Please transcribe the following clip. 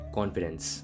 Confidence